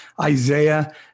Isaiah